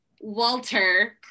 Walter